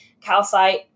calcite